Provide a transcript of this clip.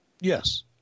Yes